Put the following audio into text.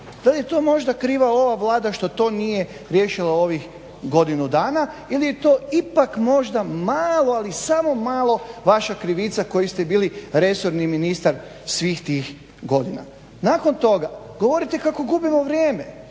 Dal je to možda kriva ova Vlada što to nije riješila u ovih godinu dana ili je to ipak možda malo, ali samo malo vaša krivica koji ste bili resorni ministar svih tih godina. Nakon toga govorite kako gubimo vrijeme,